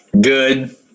good